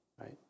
right